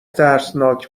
ترسناک